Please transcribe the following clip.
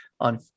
on